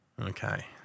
Okay